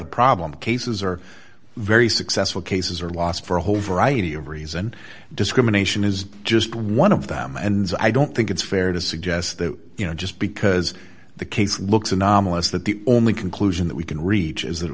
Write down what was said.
the problem cases are very successful cases are lost for a whole variety of reason discrimination is just one of them and i don't think it's fair to suggest that you know just because the case looks anomalous that the only conclusion that we can reach is that it